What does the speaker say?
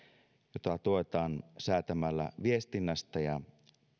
jota tuetaan säätämällä viestinnästä ja